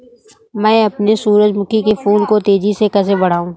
मैं अपने सूरजमुखी के फूल को तेजी से कैसे बढाऊं?